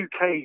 UK